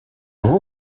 vous